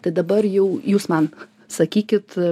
tai dabar jau jūs man sakykit